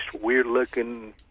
weird-looking